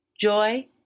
joy